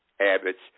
Abbott's